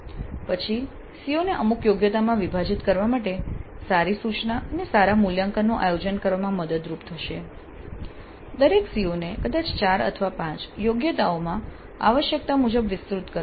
પછી CO ને અમુક યોગ્યતાઓમાં વિભાજીત કરવા માટે સારી સૂચના અને સારા મૂલ્યાંકનનું આયોજન કરવામાં મદદરૂપ થશે દરેક CO ને કદાચ 4 અથવા 5 યોગ્યતાઓમાં આવશ્યકતા મુજબ વિસ્તૃત કરવા